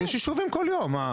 יש ישובים כל יום.